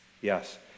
Yes